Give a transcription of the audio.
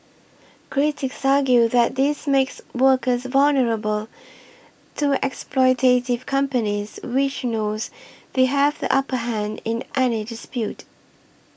critics argue that this makes workers vulnerable to exploitative companies which know they have the upper hand in any dispute